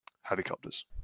helicopters